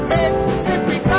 Mississippi